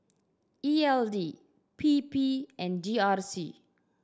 E L D P P and G R C